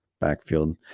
backfield